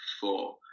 four